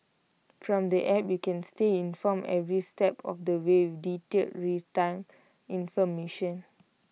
from the app you can stay informed every step of the way with detailed real time information